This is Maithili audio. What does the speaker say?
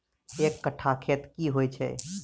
एक कट्ठा खेत की होइ छै?